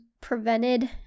prevented